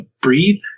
breathe